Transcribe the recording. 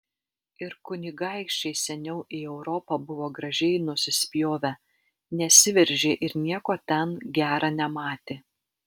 ir kunigaikščiai seniau į europą buvo gražiai nusispjovę nesiveržė ir nieko ten gera nematė